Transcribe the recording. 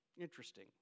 interesting